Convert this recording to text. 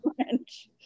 french